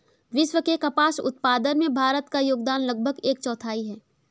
विश्व के कपास उत्पादन में भारत का योगदान लगभग एक चौथाई है